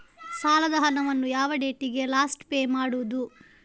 ಸಾಲದ ಹಣವನ್ನು ಯಾವ ಡೇಟಿಗೆ ಲಾಸ್ಟ್ ಪೇ ಮಾಡುವುದು?